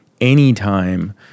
anytime